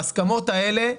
ההסכמות האלה,